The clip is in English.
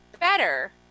better